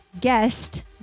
guest